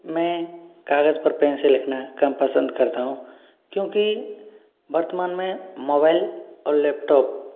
मैं कागज पर पेन से लिखना कम पसंद करता हूँ क्योंकि वर्तमान में मोबाइल और लैपटॉप